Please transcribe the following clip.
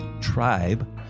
tribe